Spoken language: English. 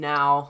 Now